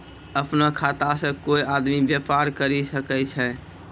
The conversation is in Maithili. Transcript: अपनो खाता से कोय आदमी बेपार करि सकै छै